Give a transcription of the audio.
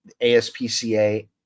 ASPCA